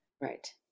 Right